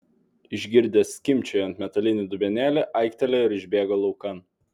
išgirdęs skimbčiojant metalinį dubenėlį aiktelėjo ir išbėgo laukan